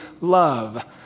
love